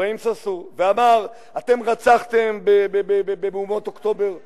אברהים צרצור ואמר: אתם רצחתם במהומות אוקטובר ערבים.